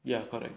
ya correct